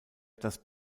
das